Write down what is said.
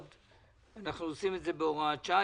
אנחנו עושים את זה בהוראת שעה.